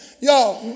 Y'all